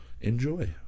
enjoy